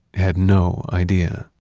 had no idea.